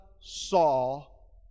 Saul